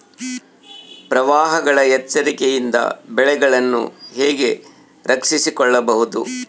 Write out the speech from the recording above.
ಪ್ರವಾಹಗಳ ಎಚ್ಚರಿಕೆಯಿಂದ ಬೆಳೆಗಳನ್ನು ಹೇಗೆ ರಕ್ಷಿಸಿಕೊಳ್ಳಬಹುದು?